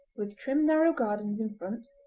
with trim narrow gardens in front,